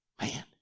man